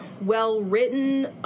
well-written